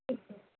ٹھیک ہے